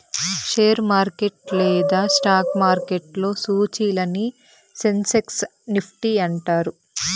share market లేదా stock మార్కెట్లో సూచీలని సెన్సెక్స్ నిఫ్టీ అంటారు